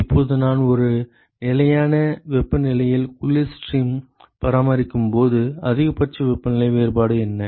இப்போது நான் ஒரு நிலையான வெப்பநிலையில் குளிர் ஸ்ட்ரீம் பராமரிக்கும் போது அதிகபட்ச வெப்பநிலை வேறுபாடு என்ன